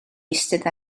eistedd